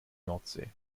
nordsee